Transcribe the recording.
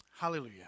Hallelujah